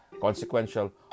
consequential